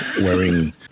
wearing